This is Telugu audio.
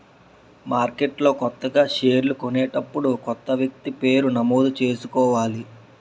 మార్కెట్లో కొత్తగా షేర్లు కొనేటప్పుడు కొత్త వ్యక్తి పేరు నమోదు చేసుకోవాలి